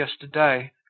yesterday